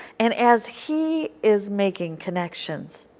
and as he is making connections,